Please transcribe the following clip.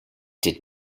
did